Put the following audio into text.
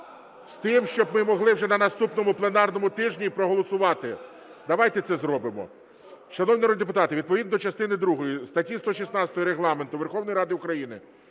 з тим, щоб ми могли вже на наступному пленарному тижні проголосувати. Давайте це зробимо. Шановні народні депутати, відповідно до частини другої статті 116 Регламенту Верховної Ради України